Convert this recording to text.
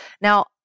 Now